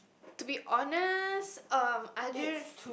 to be honest uh I don't